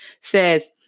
says